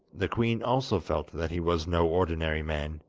the queen also felt that he was no ordinary man,